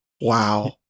Wow